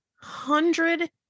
hundred